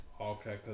Okay